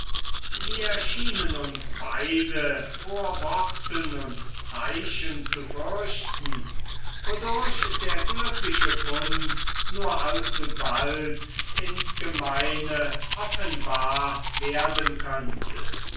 wir schienen uns beide vor worten und zeichen zu fürchten wodurch der glückliche fund nur allzubald ins gemeine offenbar werden könnte